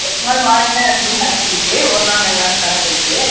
ஒரு நாள் வாடகை அப்படின்னு கணக்கு இருக்குது ஒரு நாள் ரெண்டு நாளுன்னு கணக்கு இருக்குது